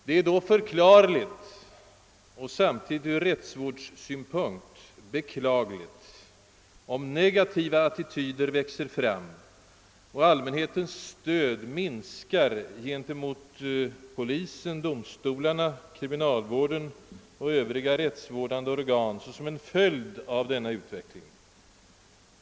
Det är då kanske förklarligt och samtidigt från rättsvårdande synpunkt beklagligt, om negativa attityder mot nuvarande former av brottsbekämpande som en följd av denna utveckling växer fram hos allmänheten och dess stöd gentemot polisen, domstolarna, kriminalvården och övriga rättsvårdande organ minskar.